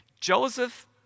Joseph